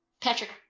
Patrick